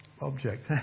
object